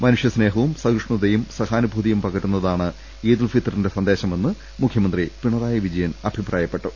മനുഷ്യ സ്നേഹവും സഹിഷ്ണുതയും സഹാനുഭൂതിയും പകരുന്ന താണ് ഈദുൽഫിത്വറിന്റെ സന്ദേശമെന്ന് മുഖൃമന്ത്രി പിണ റായി വിജയൻ അഭിപ്രായപ്പെട്ടു